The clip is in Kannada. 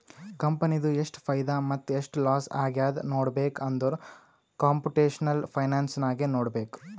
ಕಂಪನಿದು ಎಷ್ಟ್ ಫೈದಾ ಮತ್ತ ಎಷ್ಟ್ ಲಾಸ್ ಆಗ್ಯಾದ್ ನೋಡ್ಬೇಕ್ ಅಂದುರ್ ಕಂಪುಟೇಷನಲ್ ಫೈನಾನ್ಸ್ ನಾಗೆ ನೋಡ್ಬೇಕ್